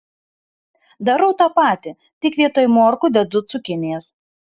darau tą patį tik vietoj morkų dedu cukinijas